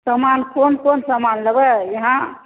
समान कोन कोन समान लेबै अहाँ